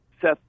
Seth